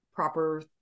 Proper